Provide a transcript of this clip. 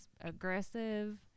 aggressive